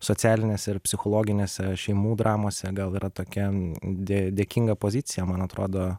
socialinėse ir psichologinėse šeimų dramose gal yra tokia dė dėkinga pozicija man atrodo